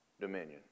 dominion